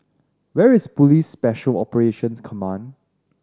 where is Police Special Operations Command